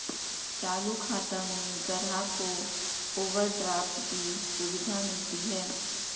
चालू खाता में ग्राहक को ओवरड्राफ्ट की सुविधा मिलती है